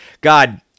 God